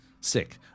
sick